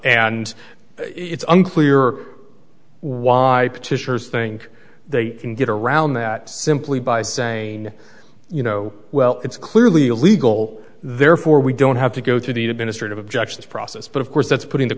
and it's unclear why petitioners think they can get around that simply by saying you know well it's clearly illegal therefore we don't have to go through the administrative objections process but of course that's putting the